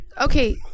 Okay